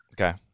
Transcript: Okay